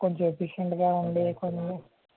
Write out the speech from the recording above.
కొంచెం ఎఫిషియంటుగా ఉండి కొన్ని